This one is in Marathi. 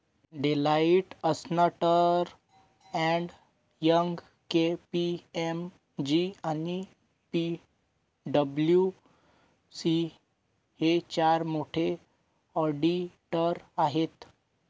डेलॉईट, अस्न्टर अँड यंग, के.पी.एम.जी आणि पी.डब्ल्यू.सी हे चार मोठे ऑडिटर आहेत